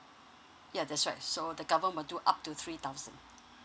yeah that's right so the government do up to three thousand